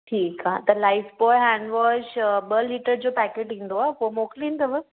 ठीकु आहे त लाइफ़ बॉय हैंड वॉश ॿ लीटर जो पैकेट ईंदो आहे पोइ मोकिलींदव